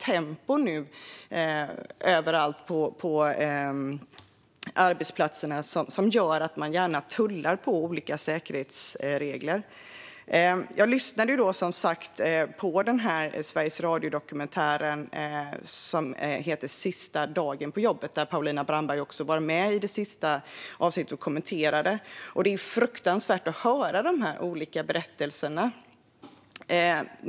Tempot på många arbetsplatser gör att man gärna tullar på olika säkerhetsregler. Jag har lyssnat på dokumentären som har sänts på Sveriges Radio: Sista dagen på jobbet . Paulina Brandberg var med i det sista avsnittet och kommenterade. Det är fruktansvärt att höra de olika berättelserna.